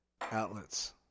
outlets